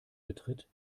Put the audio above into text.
betritt